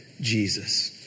Jesus